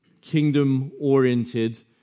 kingdom-oriented